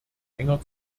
enger